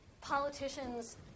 politicians